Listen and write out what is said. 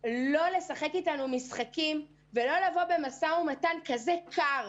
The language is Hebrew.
לא לשחק איתנו משחקים ולא לבוא במשא ומתן כזה קר.